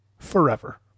forever